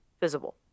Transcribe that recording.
visible